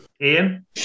ian